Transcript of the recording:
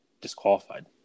disqualified